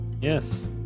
Yes